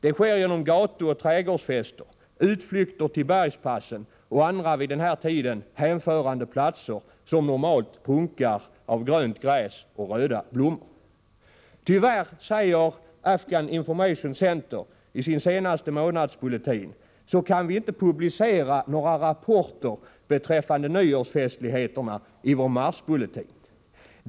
Det sker genom gatuoch trädgårdsfester, utflykter till bergspassen och andra vid den här tiden hänförande platser som normalt prunkar av grönt gräs och röda blommor. Tyvärr, säger Afghan Information Center i sin senaste månadsbulletin, kan vi inte publicera några rapporter beträffande nyårsfestligheterna i vår marsbulletin.